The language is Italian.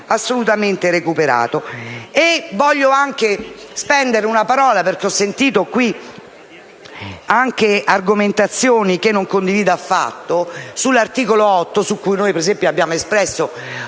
assolutamente recuperato. Voglio anche spendere qualche parola - ho sentito argomentazioni che non condivido affatto - sull'articolo 8, su cui noi - per esempio - abbiamo espresso